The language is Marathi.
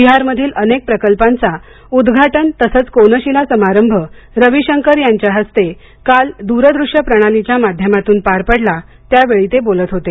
बिहार मधील अनेक प्रकल्पांचा उद्घाटन तसंच कोनशीला समारंभ रविशंकर यांच्या हस्ते काल दूरदूश्य प्रणालीच्या माध्यमातून पार पडला त्या वेळी ते बोलत होते